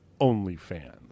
OnlyFans